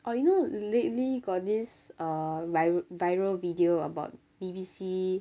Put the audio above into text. orh you know lately got this uh viral viral video about B_B_C